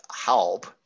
help